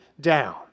down